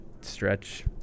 stretch